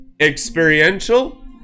experiential